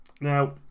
Now